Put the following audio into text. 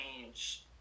change